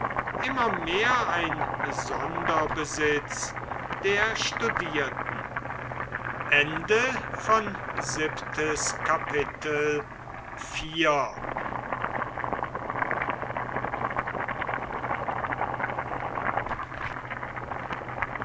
immer mehr ein sonderbesitz der studierten